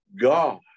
God